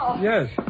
Yes